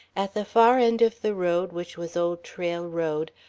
at the far end of the road which was old trail road,